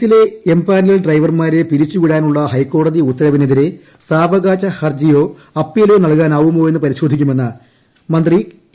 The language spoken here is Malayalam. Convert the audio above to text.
സി യിലെ എംപ്പാറ്റിൽ ഡ്രൈവർമാരെ പിരിച്ചു വിടാനുള്ള ഹൈക്കോടതി പ്പ്ഉത്ത്ർവിനെതിരെ സാവകാശ ഹർജിയോ അപ്പീലോ നൽകാന്റ്വ്ദുമോയെന്ന് പരിശോധിക്കുമെന്ന് മന്ത്രി എ